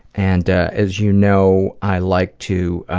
and as you know, i like to